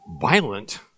violent